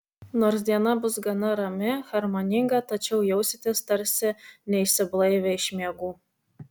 nors diena bus gana rami harmoninga tačiau jausitės tarsi neišsiblaivę iš miegų